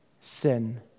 sin